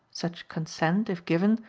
such consent, if given,